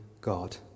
God